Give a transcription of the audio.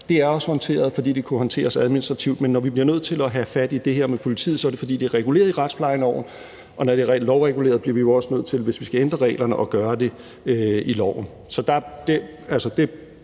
det er også håndteret, fordi det kunne håndteres administrativt. Men når vi bliver nødt til at have fat i det her med politiet, er det, fordi det er reguleret i retsplejeloven, og når det er lovreguleret, bliver vi jo også nødt til, hvis vi skal ændre reglerne, at gøre det i loven. Så den problemstilling, der